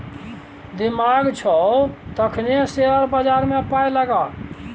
दिमाग छौ तखने शेयर बजारमे पाय लगा